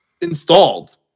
installed